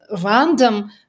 random